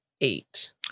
eight